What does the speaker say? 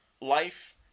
life